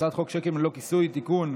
הצעת חוק שיקים ללא כיסוי (תיקון,